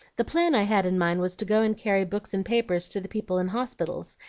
the plan i had in mind was to go and carry books and papers to the people in hospitals,